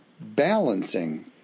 balancing